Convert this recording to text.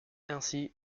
ainsi